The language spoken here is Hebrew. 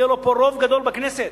יהיה לו פה רוב גדול בכנסת,